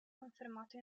confermato